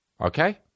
Okay